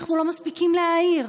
ואנחנו לא מספיקים להעיר.